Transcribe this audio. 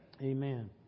Amen